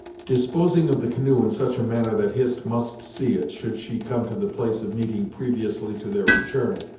disposing of the canoe in such a manner that hist must see it, should she come to the place of meeting previously to their return,